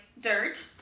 dirt